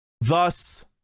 Thus